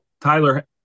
Tyler